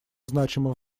значимых